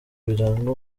biranga